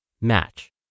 match